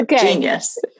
Genius